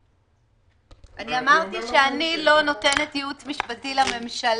ואני אומר לכם ש --- אני אמרתי שאני לא נותנת ייעוץ משפטי לממשלה,